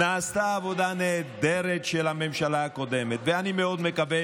נעשתה עבודה נהדרת של הממשלה הקודמת, ואני מקווה